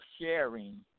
sharing